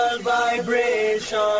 Vibration